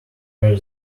where